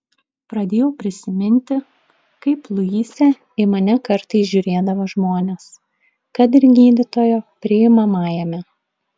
pradėjau prisiminti kaip luise į mane kartais žiūrėdavo žmonės kad ir gydytojo priimamajame